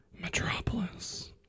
Metropolis